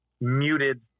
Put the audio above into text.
muted